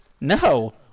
No